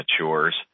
matures